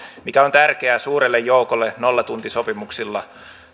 mikä on tärkeää suurelle joukolle nollatuntisopimuksilla